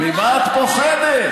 ממה את פוחדת?